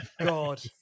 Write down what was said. God